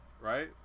right